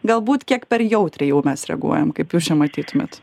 galbūt kiek per jautriai jau mes reaguojam kaip jūs čia matytumėt